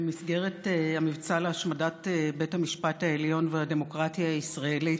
במסגרת המבצע להשמדת בית המשפט העליון והדמוקרטיה ישראלית